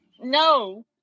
No